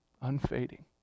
unfading